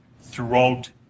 throughout